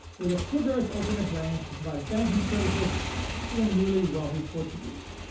where the fuggers opened a branch to provide banking services to the newly wealthy portuguese.